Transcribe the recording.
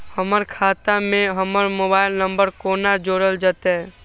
हमर खाता मे हमर मोबाइल नम्बर कोना जोरल जेतै?